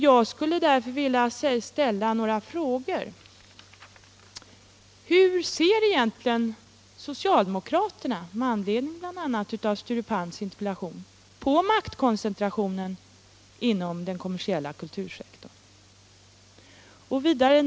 Jag skulle därför vilja ställa några frågor, bl.a. med anledning av Sture Palms interpellation: Hur ser egentligen socialdemokraterna på maktkoncentrationen inom den kommersiella kultursektorn?